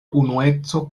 unueco